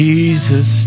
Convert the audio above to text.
Jesus